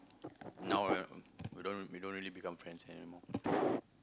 now right we don't we don't really become friends anymore